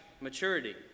maturity